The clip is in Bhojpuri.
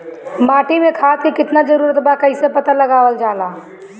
माटी मे खाद के कितना जरूरत बा कइसे पता लगावल जाला?